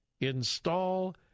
install